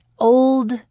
Old